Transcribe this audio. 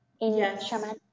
yes